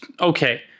Okay